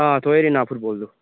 ꯊꯣꯏ ꯑꯔꯤꯅꯥ ꯐꯨꯠꯕꯣꯜꯗꯣ